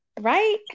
right